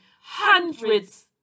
hundreds